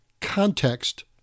context